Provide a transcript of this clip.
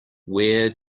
where